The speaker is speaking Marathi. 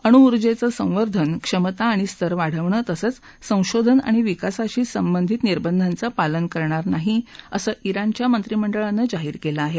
अणू ऊर्जेचं संवर्धन क्षमता आणि स्तर वाढवणं तसंच संशोधन आणि विकासाशी संबंधित निर्दंधांचं पालन करणार नाही असं ज्ञाणच्या मंत्रिमंडळानं जाहीर केलं आहे